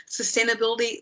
sustainability